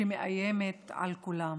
שמאיימת על כולם,